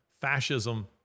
fascism